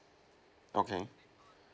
okay